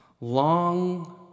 long